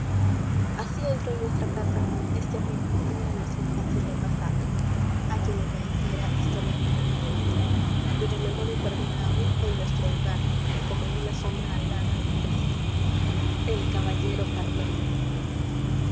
así entró en nuestra casa este amigo íntimo de nuestra infancia ya pasada a quien acaeciera historia digna de relato cuya memoria perdura aún en nuestro hogar como una sombra alada y triste el caballero carmelo